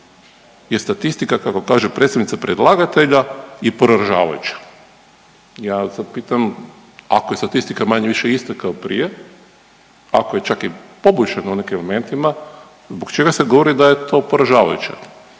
je statistika kako kaže predstavnica predlagatelja je poražavajuća. Ja sad pitam, ako je statistika manje-više ista kao prije, ako je čak i poboljšana u nekim momentima zbog čega se govori da je to poražavajuća.